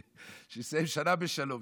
אני מדבר שיסיים שנה בשלום,